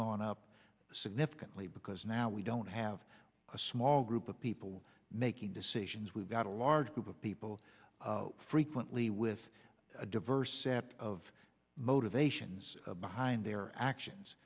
gone up significantly because now we don't have a small group of people making decisions we've got a large group of people frequently with a diverse set of motivations behind their actions